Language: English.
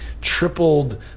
tripled